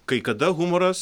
kai kada humoras